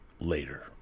later